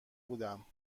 بودم